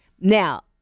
Now